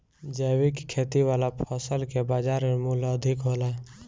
जैविक खेती वाला फसल के बाजार मूल्य अधिक होला